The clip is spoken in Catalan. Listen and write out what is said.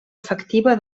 efectiva